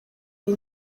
iyi